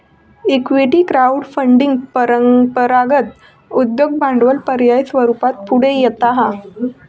equity crowd funding परंपरागत उद्योग भांडवल पर्याय स्वरूपात पुढे येता हा